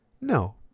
no